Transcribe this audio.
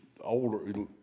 older